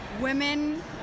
women